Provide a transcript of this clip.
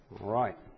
right